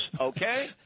okay